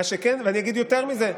מה שכן, ואני אגיד יותר מזה: